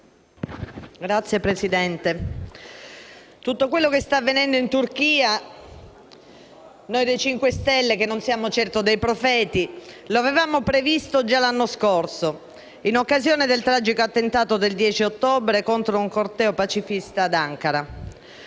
Signor Presidente, tutto quello che sta avvenendo in Turchia in questi mesi noi del Movimento 5 Stelle, che non siamo certo dei profeti, lo avevamo previsto già lo scorso anno, in occasione del tragico attentato del 10 ottobre contro un corteo pacifista ad Ankara.